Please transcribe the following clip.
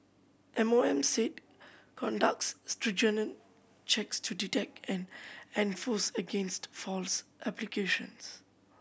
M O M said conducts stringent checks to detect and enforce against false applications